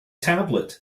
tablet